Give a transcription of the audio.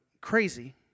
Crazy